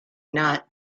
not